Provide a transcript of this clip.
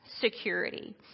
security